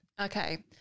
Okay